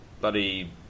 bloody